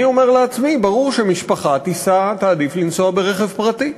אני אומר לעצמי: ברור שמשפחה תעדיף לנסוע ברכב פרטי.